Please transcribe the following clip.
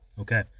Okay